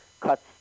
cuts